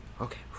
Okay